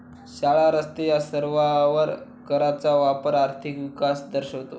शाळा, रस्ते या सर्वांवर कराचा वापर आर्थिक विकास दर्शवतो